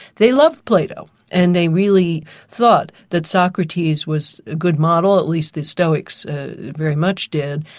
they love plato, and they really thought that socrates was a good model, at least the stoics very much did.